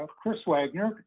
chris wagner,